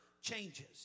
changes